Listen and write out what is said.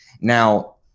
Now